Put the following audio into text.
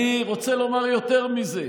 אני רוצה לומר יותר מזה.